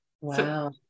Wow